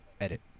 edit